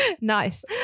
Nice